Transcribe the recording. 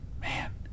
Man